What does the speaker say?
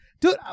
Dude